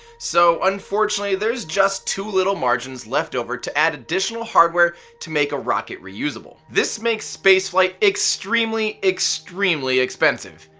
so unfortunately there's just too little margins left over to add additional hardware to make a rocket reusable. this makes spaceflight extremely, extremely expensive.